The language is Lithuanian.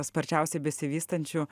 sparčiausiai besivystančių